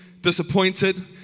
disappointed